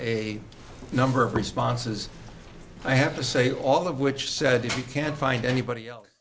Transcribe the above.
a number of responses i have to say all of which said if you can't find anybody else